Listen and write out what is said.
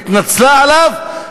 התנצלה עליו,